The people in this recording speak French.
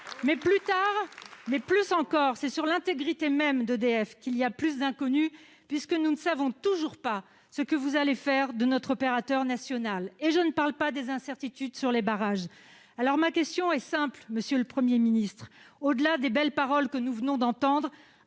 la Pentecôte ! Mais plus encore, c'est sur l'intégrité même du groupe EDF qu'il y a le plus d'inconnues, puisque nous ne savons toujours pas ce que vous voulez faire de notre opérateur national- et je ne parle pas des incertitudes sur les barrages. Ma question est simple, monsieur le Premier ministre, au-delà des belles paroles que nous venons d'entendre,